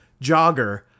jogger